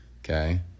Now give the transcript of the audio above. Okay